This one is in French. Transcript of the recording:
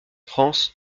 france